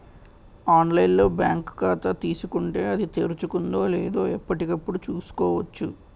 online లో bank ఖాతా తీసుకుంటే, అది తెరుచుకుందో లేదో ఎప్పటికప్పుడు చూసుకోవచ్చు